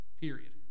Period